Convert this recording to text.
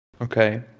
Okay